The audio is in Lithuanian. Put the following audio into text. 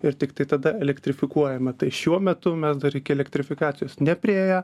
ir tiktai tada elektrifikuojame tai šiuo metu mes dar iki elektrifikacijos nepriėję